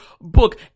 book